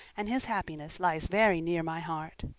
and his happiness lies very near my heart.